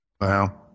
Wow